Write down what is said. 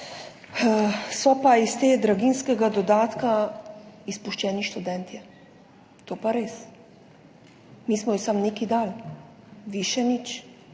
So pa iz tega draginjskega dodatka izpuščeni študentje. To pa res. Mi smo jim samo nekaj dali, vi še nič.